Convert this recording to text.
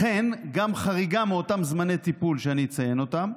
לכן גם חריגה מאותם זמני טיפול, שאני אציין אותם,